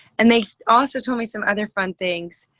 and they so also told me some other fun things,